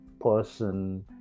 person